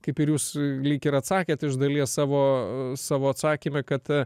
kaip ir jūs lyg ir atsakėt iš dalies savo savo atsakyme kad